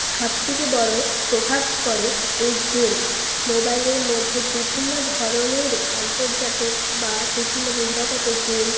সব থেকে বড় প্রভাব করে এই গেম মোবাইলের মধ্যে বিভিন্ন ধরনের আন্তর্জাতিক বা বিভিন্ন বহিরাগত গেম